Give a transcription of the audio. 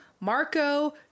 marco